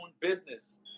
business